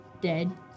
dead